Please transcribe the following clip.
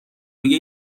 روی